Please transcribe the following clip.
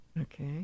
Okay